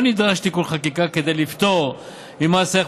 לא נדרש תיקון חקיקה כדי לפטור ממס ערך